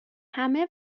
همه